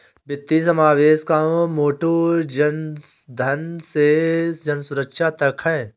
वित्तीय समावेशन का मोटो जनधन से जनसुरक्षा तक है